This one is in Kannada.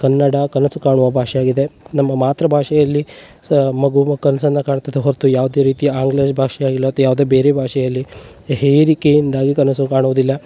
ಕನ್ನಡ ಕನಸು ಕಾಣುವ ಭಾಷೆಯಾಗಿದೆ ನಮ್ಮ ಮಾತೃಭಾಷೆಯಲ್ಲಿ ಸ ಮಗು ಕನಸನ್ನ ಕಾಣ್ತದೆ ಹೊರತು ಯಾವುದೇ ರೀತಿಯ ಆಂಗ್ಲ ಭಾಷೆ ಅಥ್ವಾ ಯಾವುದೇ ಬೇರೆ ಭಾಷೆಯಲ್ಲಿ ಹೇರಿಕೆಯಿಂದಾಗಿ ಕನಸು ಕಾಣುವುದಿಲ್ಲ